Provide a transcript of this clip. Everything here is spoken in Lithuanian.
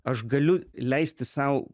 aš galiu leisti sau